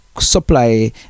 supply